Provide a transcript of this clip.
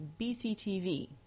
BCTV